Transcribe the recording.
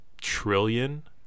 trillion